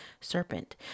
serpent